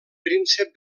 príncep